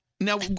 Now